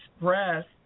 expressed